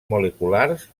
moleculars